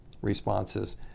responses